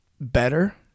better